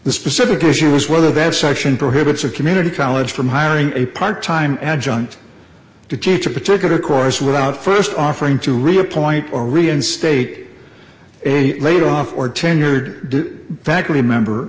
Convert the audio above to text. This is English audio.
the specific issue is whether that section prohibits a community college from hiring a part time adjunct to teach a particular course without st offering to reappoint or reinstate a laid off or tenured did faculty member